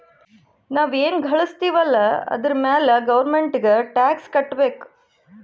ನಾವ್ ಎನ್ ಘಳುಸ್ತಿವ್ ಅಲ್ಲ ಅದುರ್ ಮ್ಯಾಲ ಗೌರ್ಮೆಂಟ್ಗ ಟ್ಯಾಕ್ಸ್ ಕಟ್ಟಬೇಕ್